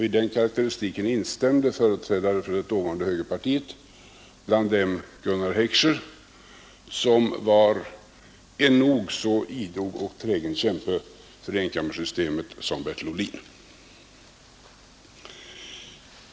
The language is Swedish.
I den karakteristiken instämde företrädare för det dåvarande högerpartiet, bland dem Gunnar Heckscher som var en nog så idog och trägen kämpe för enkammarsystemet som Bertil Ohlin.